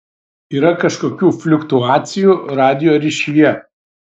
yra kažkokių fliuktuacijų radijo ryšyje